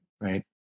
Right